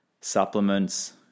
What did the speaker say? supplements